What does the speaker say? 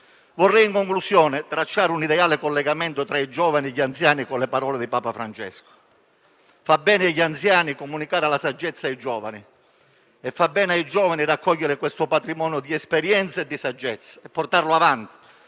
Vorrei in conclusione tracciare un ideale collegamento tra i giovani e gli anziani con le parole di Papa Francesco. Fa bene agli anziani comunicare la saggezza ai giovani e fa bene ai giovani raccogliere questo patrimonio di esperienza e di saggezza e portarlo avanti,